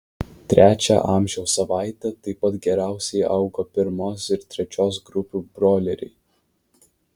trečią amžiaus savaitę taip pat geriausiai augo pirmos ir trečios grupių broileriai